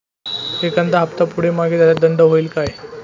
एखादा हफ्ता पुढे मागे झाल्यास दंड होईल काय?